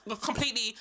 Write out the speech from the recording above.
completely